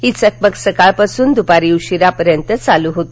ही चकमक सकाळपासून दूपारी उशीरापर्यंत सुरू होती